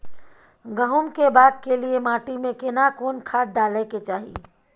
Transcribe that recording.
गहुम बाग के लिये माटी मे केना कोन खाद डालै के चाही?